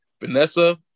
Vanessa